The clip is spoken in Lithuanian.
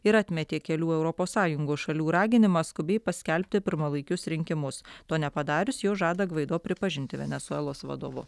ir atmetė kelių europos sąjungos šalių raginimą skubiai paskelbti pirmalaikius rinkimus to nepadarius jos žada gvaido pripažinti venesuelos vadovu